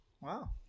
wow